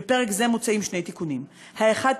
בפרק זה מוצעים שני תיקונים: האחד,